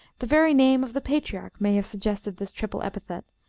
the very name of the patriarch may have suggested this triple epithet,